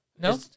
no